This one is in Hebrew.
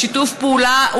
בשיתוף פעולה,